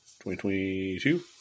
2022